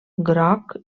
groc